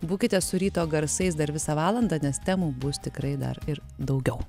būkite su ryto garsais dar visą valandą nes temų bus tikrai dar ir daugiau